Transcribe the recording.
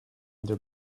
their